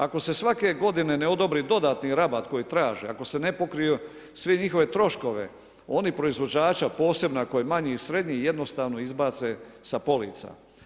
Ako se svake godine ne odobri dodatni rabat koji traže, ako se ne pokriju svi njihovi troškovi oni proizvođača posebno ako je manji i srednji jednostavno izbace sa polica.